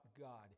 God